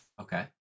okay